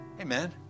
Amen